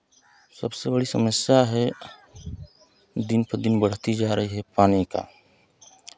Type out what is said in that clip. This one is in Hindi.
सबसे बड़ी समस्या है दिन पर दिन बढ़ती जा रही है पानी का